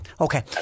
Okay